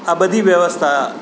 આ બધી વ્યવસ્થા